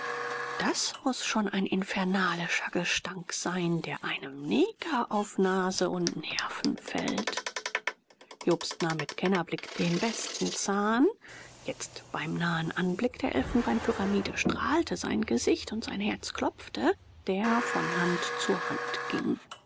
das muß schon ein infernalischer gestank sein der einem neger auf nase und nerven fällt jobst nahm mit kennerblick den besten zahn jetzt beim nahen anblick der elfenbeinpyramide strahlte sein gesicht und sein herz klopfte der von hand zu hand ging